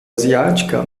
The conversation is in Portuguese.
asiática